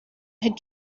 had